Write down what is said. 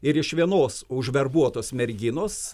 ir iš vienos užverbuotos merginos